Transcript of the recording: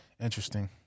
Interesting